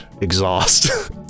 exhaust